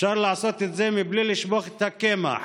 אפשר לעשות את זה בלי לשפוך את הקמח